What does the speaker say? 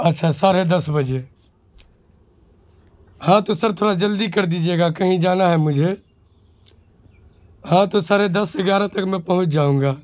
اچھا ساڑھے دس بجے ہاں تو سر تھوڑا جلدی کر دیجیے گا کہیں جانا ہے مجھے ہاں تو ساڑھے دس گیارہ تک میں پہنچ جاؤں گا